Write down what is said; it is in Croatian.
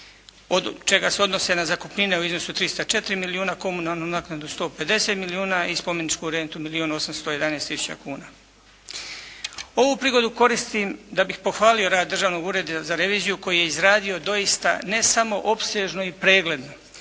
Od čega se odnose na zakupnine u iznosu od 304 milijuna, komunalnu naknadu 150 milijuna i spomeničku rentu milijun 811 tisuća kuna. Ovu prigodu koristim da bih pohvalio rad Državnog ureda za reviziju koji je izradio doista ne samo opsežno i pregledno